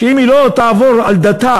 אם היא לא תעבור על דתה,